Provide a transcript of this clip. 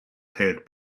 held